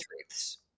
truths